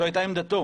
זאת הייתה עמדתו.